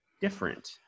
different